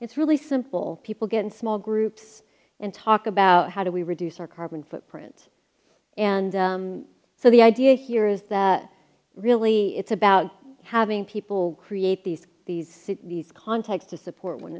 it's really simple people get in small groups and talk about how do we reduce our carbon footprint and so the idea here is that really it's about having people create these these these contacts to support one